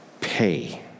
pay